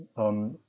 um